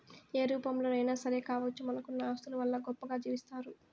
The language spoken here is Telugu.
ఏ రూపంలోనైనా సరే కావచ్చు మనకున్న ఆస్తుల వల్ల గొప్పగా జీవిస్తారు